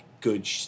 good